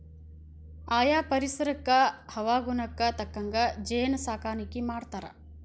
ಆಯಾ ಪರಿಸರಕ್ಕ ಹವಾಗುಣಕ್ಕ ತಕ್ಕಂಗ ಜೇನ ಸಾಕಾಣಿಕಿ ಮಾಡ್ತಾರ